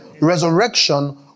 Resurrection